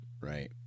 Right